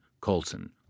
Colson